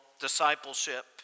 discipleship